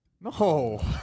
No